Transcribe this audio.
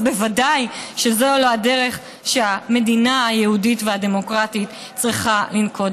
אז ודאי שזו לא הדרך שהמדינה היהודית והדמוקרטית צריכה לנקוט.